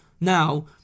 Now